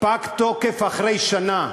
"פג תוקף" אחרי שנה.